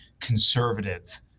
conservative